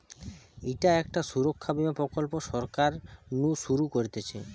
ইটা একটা সুরক্ষা বীমা প্রকল্প সরকার নু শুরু করতিছে